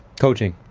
coaching.